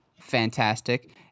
fantastic